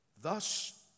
Thus